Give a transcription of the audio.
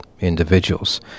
individuals